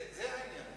זה העניין.